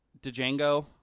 django